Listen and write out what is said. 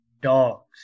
dogs